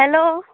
hello